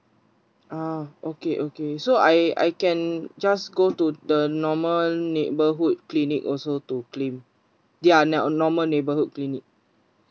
ah okay okay so I I can just go to the normal neighbourhood clinic also to claim ya on normal neighbourhood clinic